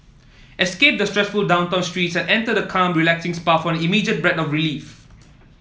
escape the stressful downtown streets and enter the calm relaxing spa for an immediate breath of relief